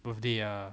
birthday ah